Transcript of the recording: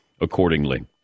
accordingly